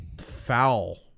foul